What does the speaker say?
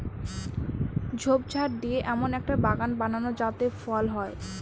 ঝোপঝাড় দিয়ে এমন একটা বাগান বানাবো যাতে ফল হয়